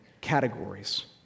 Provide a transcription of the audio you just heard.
categories